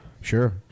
Sure